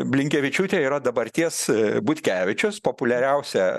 blinkevičiūtė yra dabarties butkevičius populiariausia